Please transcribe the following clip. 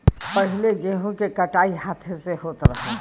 पहिले गेंहू के कटाई हाथे से होत रहे